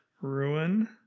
Ruin